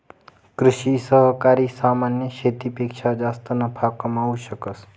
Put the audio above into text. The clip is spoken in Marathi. कृषि सहकारी सामान्य शेतीपेक्षा जास्त नफा कमावू शकस